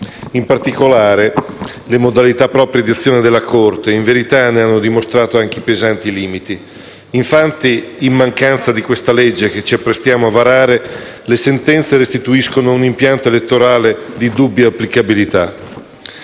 In particolare, le modalità proprie di azione della Corte costituzionale ne hanno in verità dimostrato anche i pesanti limiti. Infatti, in mancanza del provvedimento che ci apprestiamo a varare, le sentenze restituiscono un impianto elettorale di dubbia applicabilità.